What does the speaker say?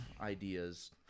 ideas